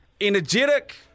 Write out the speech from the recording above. energetic